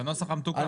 את הנוסח המתוקן.